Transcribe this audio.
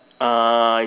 uh